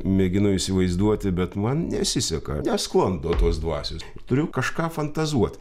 mėginu įsivaizduoti bet man nesiseka nesklando tos dvasios turiu kažką fantazuot